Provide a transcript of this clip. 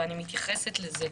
ואני מתייחסת לזה,